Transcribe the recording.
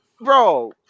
Bro